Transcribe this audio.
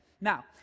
now